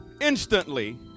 instantly